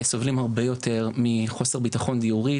סובלים הרבה יותר מחוסר בטחון דיורי,